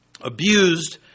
abused